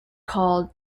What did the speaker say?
called